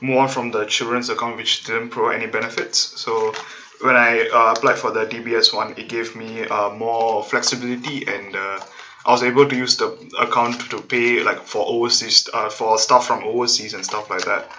move on from the children's account which didn't provide any benefits so when I apply for the D_B_S one it gave me uh more flexibility and uh I was able to use the account to pay like for overseas uh stuff from overseas and stuff like that